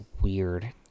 weird